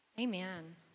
Amen